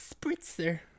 spritzer